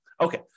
Okay